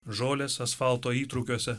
žolės asfalto įtrūkiuose